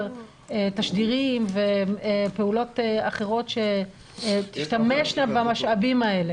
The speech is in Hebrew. תשדירים ופעולות אחרות שתשתמשנה במשאבים האלה.